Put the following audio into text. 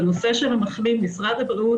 בנושא המחלים משרד הבריאות